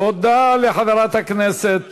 תודה לחברת הכנסת